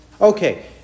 Okay